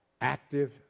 active